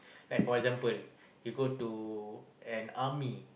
like for example you go to an army